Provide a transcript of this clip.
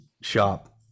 shop